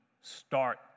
start